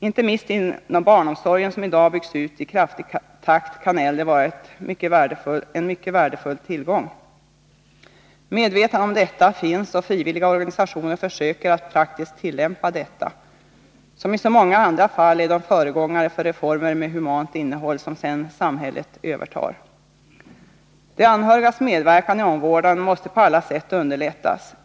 Inte minst inom barnomsorgen som i dag byggs ut i kraftig takt kan äldre vara en mycket värdefull tillgång. Medvetandet om detta finns, och frivilliga organisationer försöker att praktiskt tillämpa det. Som i så många andra fall är de föregångare för reformer med humant innehåll som sedan samhället övertar. De anhörigas medverkan i omvårdnaden måste på alla vis underlättas.